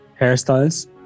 hairstyles